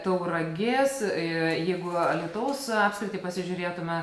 tauragės jeigu alytaus apskritį pasižiūrėtume